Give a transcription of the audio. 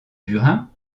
burin